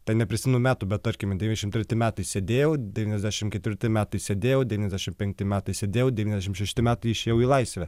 ten neprisimenu metų bet tarkim devyniasdešimt treti metai sėdėjau devyniasdešimt ketvirti metai sėdėjau devyniasdešimt penkti metai sėdėjau devyniasdešimt šešti metai išėjau į laisvę